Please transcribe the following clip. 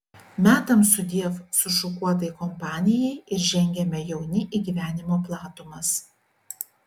metam sudiev sušukuotai kompanijai ir žengiame jauni į gyvenimo platumas